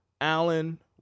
Allen